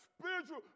spiritual